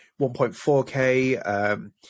1.4K